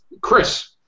Chris